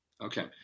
okay